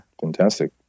fantastic